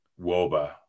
Woba